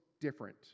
different